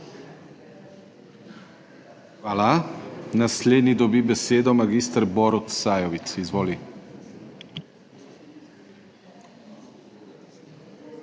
Hvala. Naslednji dobi besedo mag. Borut Sajovic, izvoli.